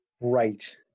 right